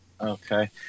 Okay